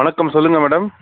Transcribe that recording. வணக்கம் சொல்லுங்கள் மேடம்